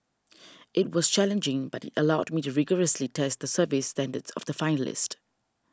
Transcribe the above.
it was challenging but it allowed me to rigorously test the service standards of the finalist